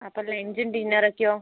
അപ്പം ലഞ്ചും ഡിന്നറൊക്കെയോ